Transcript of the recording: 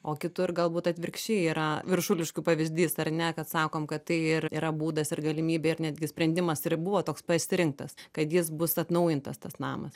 o kitur galbūt atvirkščiai yra viršuliškių pavyzdys ar ne kad sakom kad tai ir yra būdas ir galimybė ir netgi sprendimas buvo toks pasirinktas kad jis bus atnaujintas tas namas